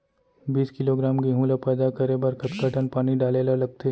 बीस किलोग्राम गेहूँ ल पैदा करे बर कतका टन पानी डाले ल लगथे?